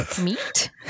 Meat